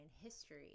history